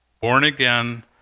born-again